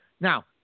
Now